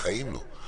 בחיים לו.